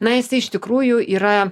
na jisai iš tikrųjų yra